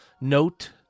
note